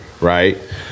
right